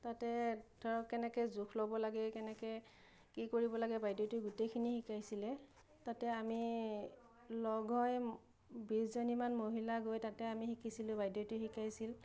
তাতে ধৰক কেনেকৈ জোখ ল'ব লাগে কেনেকে কি কৰিব লাগে বাইদেউটোই গোটেইখিনি শিকাইছিলে তাতে আমি লগ হৈ বিছজনী মান মহিলা গৈ তাতে আমি শিকিছিলোঁ বইদেউটোৱে শিকাইছে